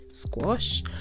squash